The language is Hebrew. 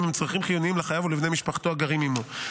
אם הם צרכים חיוניים לחייב ולבני משפחתו הגרים עימו,